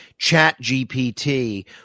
ChatGPT